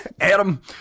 Adam